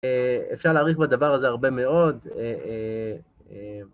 אפשר להעריך בדבר הזה הרבה מאוד.